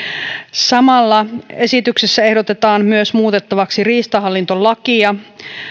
samalla esityksessä ehdotetaan muutettavaksi myös riistahallintolakia